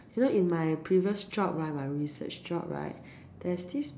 so in my previous job right my research job right there's this